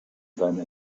seine